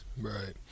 right